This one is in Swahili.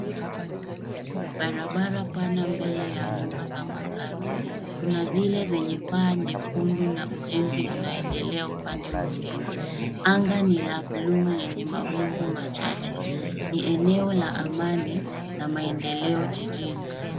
Barabara pana mbele ya nyumba za makaazi. Kuna zile zenye paa nyekundu na ujenzi unaendelea upande mwingine. Anga ni la bluu lenye mawingu machache. Ni eneo la amani na maendeleo jijini.